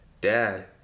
Dad